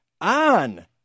on